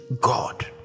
God